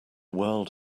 world